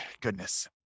goodness